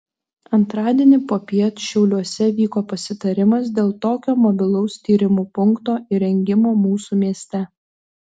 antradienį popiet šiauliuose vyko pasitarimas dėl tokio mobilaus tyrimų punkto įrengimo mūsų mieste